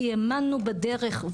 כי האמנו בדרך,